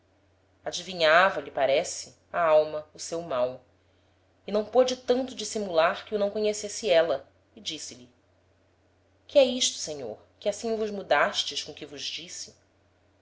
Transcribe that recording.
grandemente adivinhava lhe parece a alma o seu mal e não pôde tanto dissimular que o não conhecesse éla e disse-lhe que é isto senhor que assim vos mudastes com o que vos disse